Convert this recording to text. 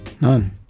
None